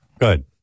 Good